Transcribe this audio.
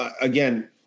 again